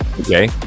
Okay